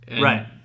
Right